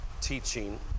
teaching